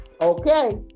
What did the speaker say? Okay